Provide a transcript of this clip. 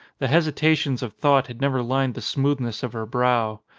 the hesitations of thought had never lined the smoothness of her brow.